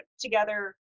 together